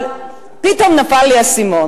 אבל פתאום נפל לי האסימון.